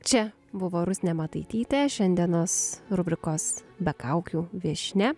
čia buvo rusnė mataitytė šiandienos rubrikos be kaukių viešnia